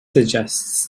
suggests